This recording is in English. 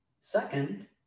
Second